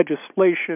legislation